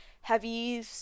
heavy